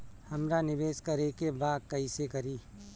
हमरा निवेश करे के बा कईसे करी?